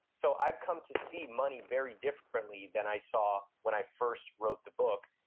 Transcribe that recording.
so i've come to see money very differently than i saw when i first wrote the book.